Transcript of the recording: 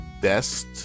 best